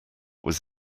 was